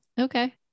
Okay